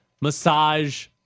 massage